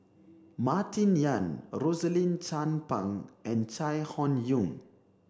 Martin Yan Rosaline Chan Pang and Chai Hon Yoong